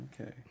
Okay